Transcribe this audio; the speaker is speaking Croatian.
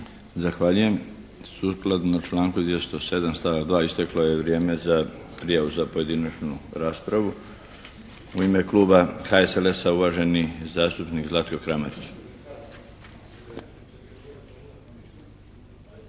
Zahvaljujem. Sukladno članku 207. stavak 2. isteklo je vrijeme za prijavu za pojedinačnu raspravu. U ime Kluba HSLS-a uvaženi zastupnik Zlatko Kramarić.